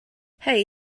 hey